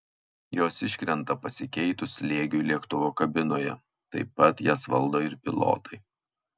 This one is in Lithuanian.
jos iškrenta pasikeitus slėgiui lėktuvo kabinoje taip pat jas valdo ir pilotai